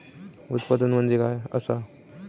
उत्पादन म्हणजे काय असा?